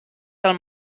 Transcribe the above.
del